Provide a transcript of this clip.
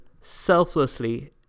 selflessly